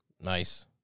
Nice